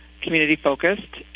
community-focused